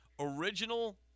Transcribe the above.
original